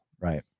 Right